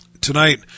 Tonight